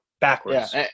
backwards